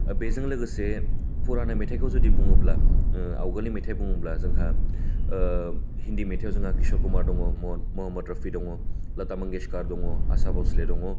बेजों लोगोसे पुराना मेथाइखौ जुदि बुङोब्ला आवगोलनि मेथाइ बुंब्ला जोंहा हिन्दी मेथाइआव जोंहा किसर कुमार दङ महम्मद रफि दङ लटा मंगेशकार दङ आसा भस्ले दङ